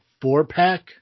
four-pack